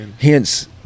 hence